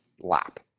lap